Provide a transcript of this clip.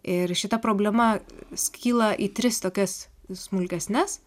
ir šita problema skyla į tris tokias smulkesnes